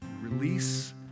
release